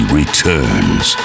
returns